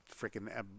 freaking